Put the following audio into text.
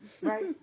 Right